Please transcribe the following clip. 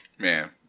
man